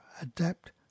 adapt